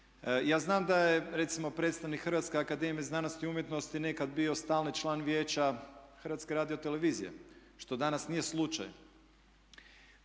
Ja znam da je recimo predstavnik Hrvatske akademije znanosti i umjetnosti nekad bio stalni član Vijeća HRT-a što danas nije slučaj.